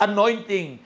Anointing